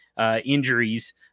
injuries